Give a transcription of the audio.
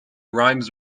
rhymes